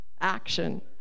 Action